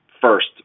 first